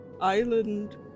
island